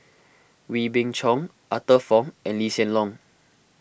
Wee Beng Chong Arthur Fong and Lee Hsien Loong